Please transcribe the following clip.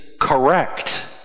correct